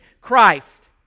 Christ